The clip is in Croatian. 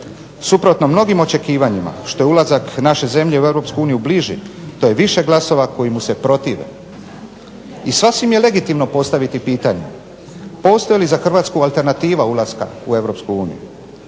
Suprotno mnogim očekivanjima što je ulazak naše zemlje u Europsku uniju bliži to je više glasova koji mu se protive. I sasvim je legitimno postaviti pitanje postoji li za Hrvatsku alternativa ulaska u